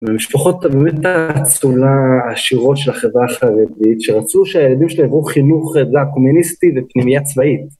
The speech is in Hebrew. במשפחות באמת האצולה העשירות של החברה החרדית, שרצו שהילדים שלהם יבואו חינוך דעה קומוניסטי ופנימייה צבאית.